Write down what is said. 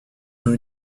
sont